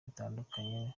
bitandukanye